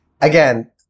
Again